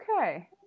Okay